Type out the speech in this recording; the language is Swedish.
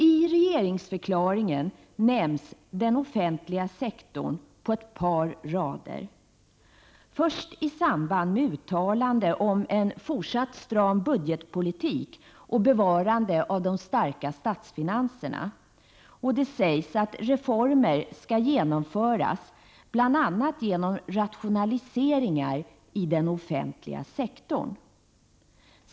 I regeringsförklaringen nämns den offentliga sektorn på ett par rader — först i samband med uttalande om en fortsatt stram budgetpolitik och bevarande av de starka statsfinanserna. Och det sägs att reformer skall genomföras bl.a. genom rationaliseringar i den offentliga sektorn.